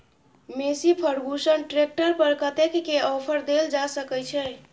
Massey Ferguson tractor पर कतेक के ऑफर देल जा सकै छै?